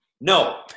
No